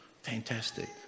fantastic